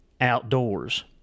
outdoors